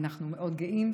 אנחנו מאוד גאים,